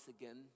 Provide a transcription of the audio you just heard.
again